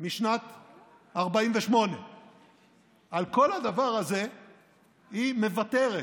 משנת 48'. על כל הדבר הזה היא מוותרת.